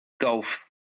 Golf